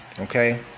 okay